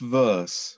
verse